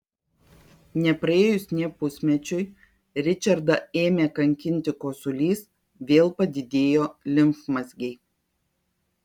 nepraėjus nė pusmečiui ričardą ėmė kankinti kosulys vėl padidėjo limfmazgiai